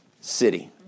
city